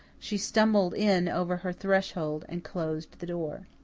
she stumbled in over her threshold and closed the door.